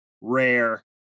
rare